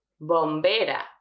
Bombera